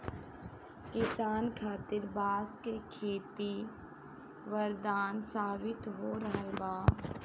किसान खातिर बांस के खेती वरदान साबित हो रहल बा